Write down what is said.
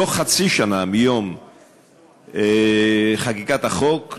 בתוך חצי שנה מיום חקיקת החוק,